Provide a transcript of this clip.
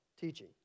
teaching